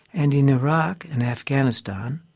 and in iraq and afghanistan,